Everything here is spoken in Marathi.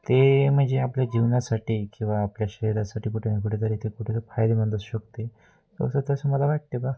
ते म्हणजे आपल्या जीवनासाठी किंवा आपल्या शरीरासाठी कुठे ना कुठेतरी ते कुठे फायदेमंद असू शकते असं तसं मला वाटते बा